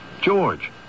George